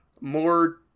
more